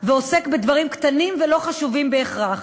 ועוסק בדברים קטנים ולא חשובים בהכרח,